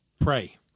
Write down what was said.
pray